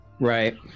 right